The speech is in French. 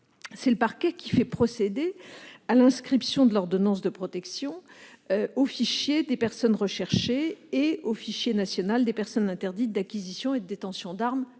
C'est le parquet qui fait procéder à l'inscription de l'ordonnance de protection au fichier des personnes recherchées et au fichier national des personnes interdites d'acquisition et de détention d'armes